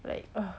like ugh